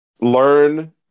learn